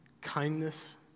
kindness